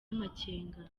amakenga